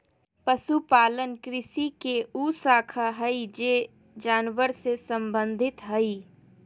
पशुपालन कृषि के उ शाखा हइ जे जानवर से संबंधित हइ